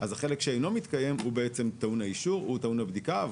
אז החלק שלא מתקיים הוא טעון הבדיקה והאישור,